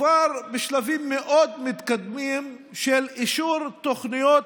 כבר בשלבים מאוד מתקדמים של אישור תוכניות